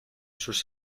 sus